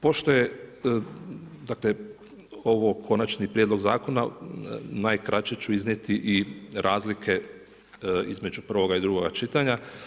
Pošto je ovo konačni prijedlog zakona, najkraće ću iznijeti i razlike između prvoga i drugoga čitanja.